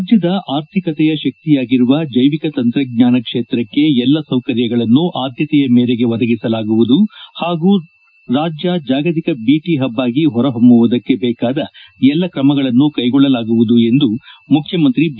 ರಾಜ್ಯದ ಅರ್ಥಿಕತೆಯ ಶಕ್ತಿಯಾಗಿರುವ ಜೈವಿಕ ತಂತ್ರಜ್ವಾನ ಕ್ಷೇತ್ರಕ್ಕೆ ಎಲ್ಲ ಸೌಕರ್ಯಗಳನ್ನು ಆದ್ದತೆಯ ಮೇರೆಗೆ ಒದಗಿಸಲಾಗುವುದು ಹಾಗೂ ರಾಜ್ಯ ಜಾಗತಿಕ ಬಿಟಿ ಹಬ್ ಆಗಿ ಹೊರಹೊಮ್ನುವುದಕ್ಕೆ ಬೇಕಾದ ಎಲ್ಲ ಕ್ರಮಗಳನ್ನೂ ಕೈಗೊಳ್ಳಲಾಗುವುದು ಎಂದು ಮುಖ್ಯಮಂತ್ರಿ ಬಿ